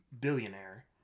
billionaire